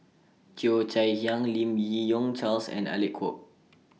Cheo Chai Hiang Lim Yi Yong Charles and Alec Kuok